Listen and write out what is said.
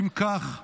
אם כך,